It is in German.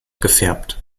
gefärbt